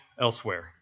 elsewhere